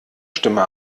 stimme